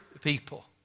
people